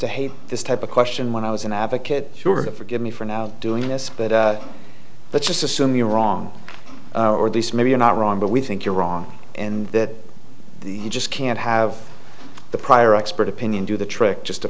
to hate this type of question when i was an advocate short of forgive me for not doing this but let's assume you're wrong or at least maybe you're not wrong but we think you're wrong and that you just can't have the prior expert opinion do the trick just a